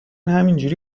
همینجوری